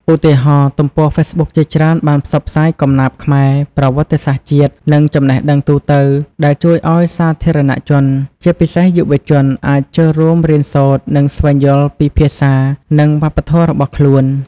ឧទាហរណ៍ ទំព័រហ្វេសប៊ុកជាច្រើនបានផ្សព្វផ្សាយកំណាព្យខ្មែរ ប្រវត្តិសាស្ត្រជាតិ និងចំណេះដឹងទូទៅ ដែលជួយឱ្យសាធារណជន ជាពិសេសយុវជន អាចចូលរួមរៀនសូត្រ និងស្វែងយល់ពីភាសា និងវប្បធម៌របស់ខ្លួន។